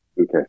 Okay